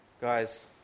Guys